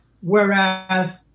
whereas